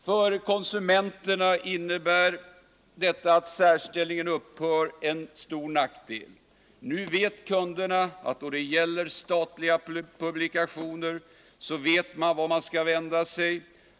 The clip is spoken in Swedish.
För konsumenterna innebär det förhållandet att särställningen upphör en stor nackdel. Nu vet kunderna vart de skall vända sig då det gäller statliga publikationer.